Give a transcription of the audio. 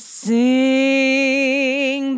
sing